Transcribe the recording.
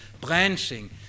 branching